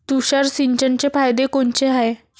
तुषार सिंचनाचे फायदे कोनचे हाये?